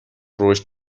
رشد